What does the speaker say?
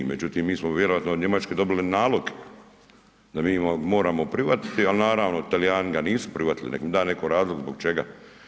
Međutim, mi smo vjerojatno od Njemačke dobili nalog da mi moramo prihvatiti ali naravno Talijani ga nisu prihvatili, neka mi da netko razlog zbog čega.